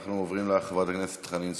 אנחנו עוברים לחברת הכנסת חנין זועבי,